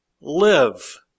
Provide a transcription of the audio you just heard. live